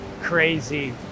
crazy